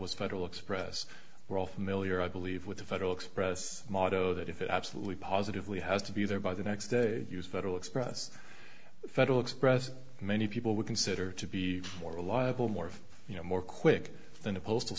was federal express we're all familiar i believe with the federal express motto that if it absolutely positively has to be there by the next day use federal express federal express many people we consider to be more reliable more of you know more quick than a postal